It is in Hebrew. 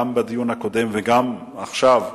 גם בדיון הקודם וגם עכשיו,